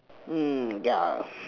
mm yeah